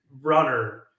runner